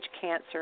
cancer